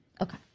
okay